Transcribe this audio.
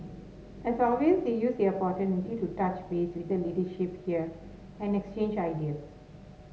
as always they used the opportunity to touch base with the leadership here and exchange ideas